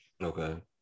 Okay